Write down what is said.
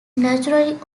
naturally